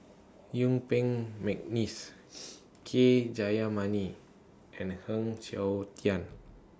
Yuen Peng Mcneice K Jayamani and Heng Siok Tian